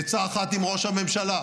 בעצה אחת עם ראש הממשלה,